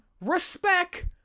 respect